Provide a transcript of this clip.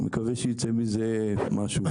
ונקווה שייצא מזה משהו.